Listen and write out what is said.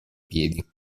piedi